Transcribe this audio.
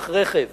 ביטוח רכב,